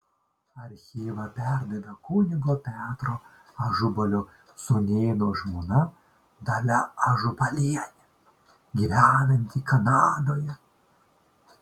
archyvą perdavė kunigo petro ažubalio sūnėno žmona dalia ažubalienė gyvenanti kanadoje